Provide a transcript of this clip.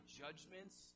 judgments